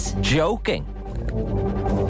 joking